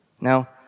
Now